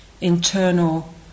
internal